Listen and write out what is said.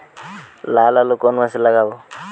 লাল আলু কোন মাসে লাগাব?